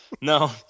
no